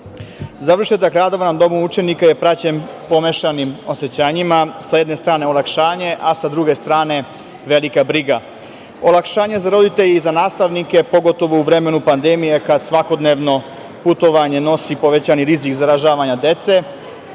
rad. Završetak radova na domu učenika je praćen pomešanim osećanjima, sa jedne strane olakšanje, a sa druge strane velika briga. Olakšanje za roditelje i za nastavnike, pogotovo u vremenu pandemije kada svakodnevno putovanje nosi povećani rizik zaražavanja dece,